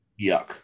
Yuck